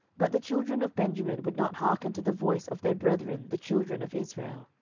but the children of benjamin would not hearken to the voice of their brethren the children of israel.